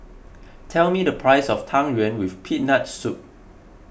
tell me the price of Tang Yuen with Peanut Soup